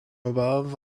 above